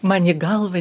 man į galvą